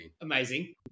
amazing